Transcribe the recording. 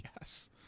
yes